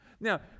Now